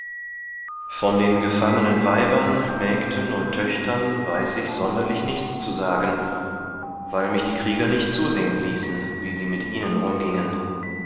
von den gefangenen weibern mägden und töchtern weiß ich sonderlich nichts zu sagen weil mich die krieger nicht zusehen ließen wie sie mit ihnen umgiengen